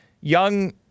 Young